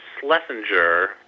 Schlesinger